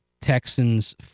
Texans